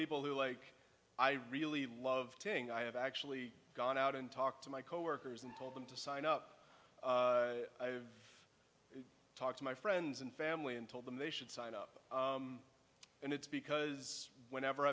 people who like i really love thing i have actually gone out and talked to my coworkers and told them to sign up i've talked to my friends and family and told them they should sign up and it's because whenever